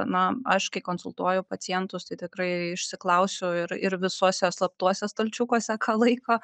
na aš kai konsultuoju pacientus tai tikrai išsiklausiu ir ir visuose slaptuose stalčiukuose ką laiko